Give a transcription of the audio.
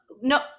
No